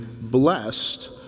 blessed